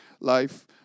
life